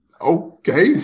Okay